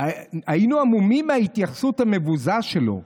היינו המומים מההתייחסות המבזה שלו.